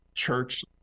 church